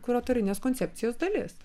kuratorinės koncepcijos dalis